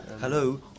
Hello